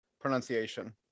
Pronunciation